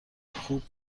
خوب